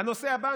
הנושא הבא,